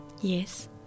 Yes